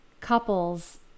couples